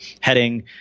heading